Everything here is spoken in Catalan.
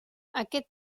aquest